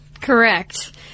Correct